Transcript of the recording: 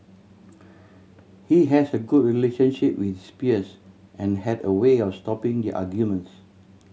he has a good relationship with his peers and had a way of stopping their arguments